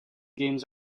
games